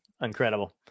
Incredible